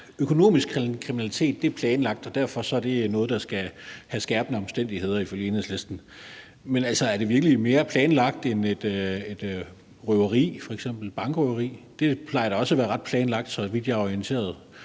økonomisk kriminalitet er planlagt, og at det derfor er noget, der ifølge Enhedslisten skal være skærpende omstændigheder. Men er det virkelig mere planlagt end f.eks. et røveri, et bankrøveri? Det plejer da også at være ret planlagt, så vidt jeg er orienteret.